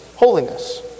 holiness